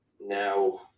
now